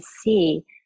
see